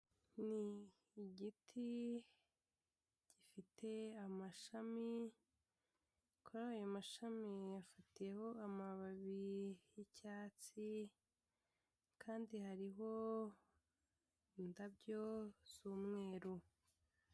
Igiti gifite amashami kuri ayo mashami gifiteho amababi y'icyatsi kandi hariho indabyo z'umweru.